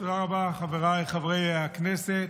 תודה רבה, חבריי חברי הכנסת.